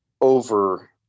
over